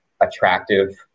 attractive